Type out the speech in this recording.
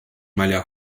malha